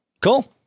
cool